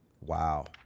Wow